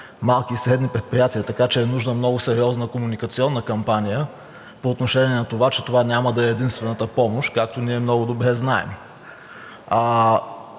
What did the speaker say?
малки и средни предприятия. Така че е нужна много сериозна комуникационна кампания по отношение на това, че това няма да е единствената помощ, както ние много добре знаем.